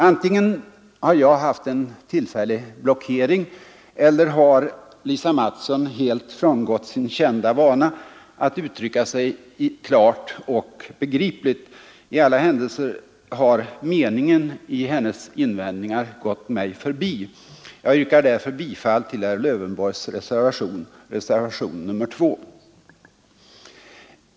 Antingen har jag haft en tillfällig mental blockering eller också har Lisa Mattson helt frångått sin kända vana att uttrycka sig klart och begripligt. I alla händelser har meningen i hennes invändningar gått mig förbi. Jag yrkar därför bifall till herr Lövenborgs reservation — reservationen 2.